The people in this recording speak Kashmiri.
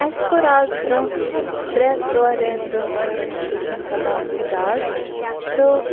اَسہِ کوٚر از برٛونٛہہ ترٛےٚ ژور ریٚتھ برٛونٛہہ کوٚر اَسہِ کُکِنٛگ کلاس سِٹاٹ تہٕ